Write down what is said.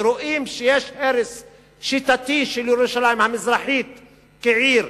ורואים שיש הרס שיטתי של ירושלים המזרחית כעיר,